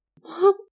Mom